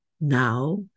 now